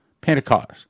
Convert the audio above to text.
Pentecost